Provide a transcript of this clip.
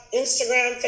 instagram